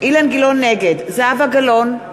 נגד זהבה גלאון,